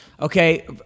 Okay